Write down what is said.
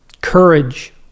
Courage